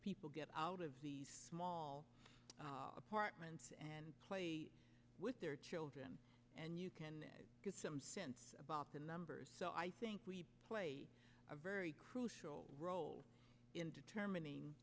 people get out of the small apartments and play with their and you can get some sense about the numbers so i think we play a very crucial role in determining